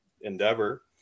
endeavor